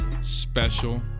special